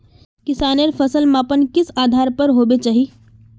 किसानेर फसल मापन किस आधार पर होबे चही?